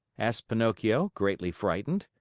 asked pinocchio, greatly frightened.